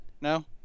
No